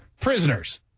prisoners